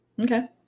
Okay